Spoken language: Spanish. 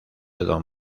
don